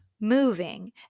moving